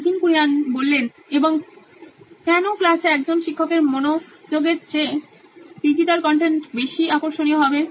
Nitin Kurian C O O নোইন electronics এবং কেনো ক্লাসে একজন শিক্ষকের মনোলগের চেয়ে ডিজিটাল কনটেন্ট বেশি আকর্ষণীয় হবে